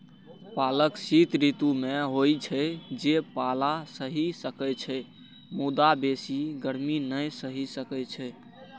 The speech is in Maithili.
पालक शीत ऋतु मे होइ छै, जे पाला सहि सकै छै, मुदा बेसी गर्मी नै सहि सकै छै